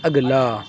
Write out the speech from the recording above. اگلا